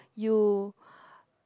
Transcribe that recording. you